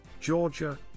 Georgia